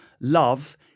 love